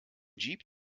jeep